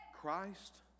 Christ